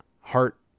heart